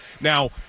Now